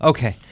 Okay